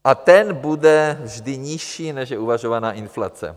A ten bude vždy nižší než uvažovaná inflace.